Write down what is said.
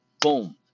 Boom